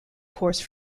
course